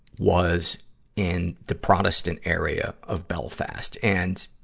was in the protestant area of belfast. and,